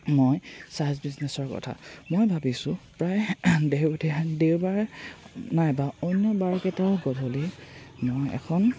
মই ছাইড বিজনেছৰ কথা মই ভাবিছোঁ প্ৰায় দেহ দেওবাৰে নাই বা অন্যবাৰকেইটা গধূলি মই এখন